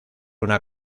una